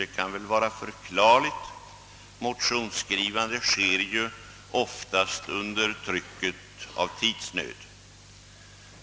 Det kan vara förklarligt — motionsskrivandet sker ju oftast under trycket av tidsnöd.